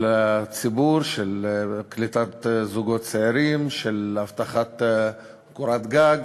הציבור, קליטת זוגות צעירים, הבטחת קורת גג